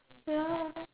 ya